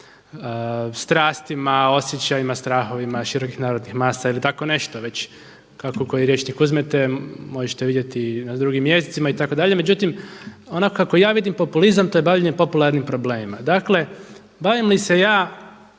strastima, osjećajima, strahovima širokih narodnih masa ili tako nešto već kako koji rječnik uzmete. Možete vidjeti i na drugim jezicima itd. Međutim ono kako ja vidim populizam to je bavljenje popularnim problemima. Dakle, bavim li se ja